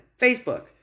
Facebook